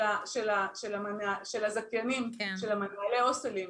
הזכיינים ומנהלי ההוסטלים,